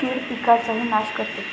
कीड पिकाचाही नाश करते